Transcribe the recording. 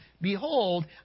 Behold